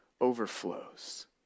overflows